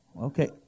Okay